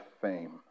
fame